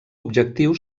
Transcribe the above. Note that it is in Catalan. objectiu